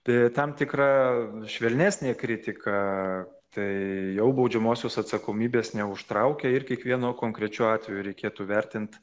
tai tam tikra švelnesnė kritika tai jau baudžiamosios atsakomybės neužtraukia ir kiekvienu konkrečiu atveju reikėtų vertint